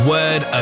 Word